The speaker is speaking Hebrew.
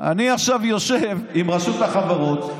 אני עכשיו יושב עם רשות החברות.